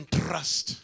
trust